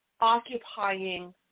occupying